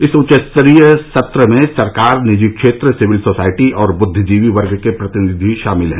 इस उच्चस्तरीय सत्र में सरकार निजी क्षेत्र सिविल सोसाइटी और बुद्दिजीवी वर्ग के प्रतिनिधि शामिल हैं